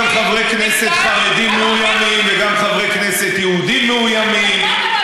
גם חברי כנסת חרדים מאוימים וגם חברי כנסת יהודים מאוימים,